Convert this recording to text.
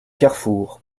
carrefour